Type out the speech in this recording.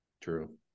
True